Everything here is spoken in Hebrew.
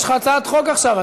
יש לך הצעת חוק עכשיו.